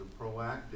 proactive